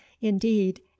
indeed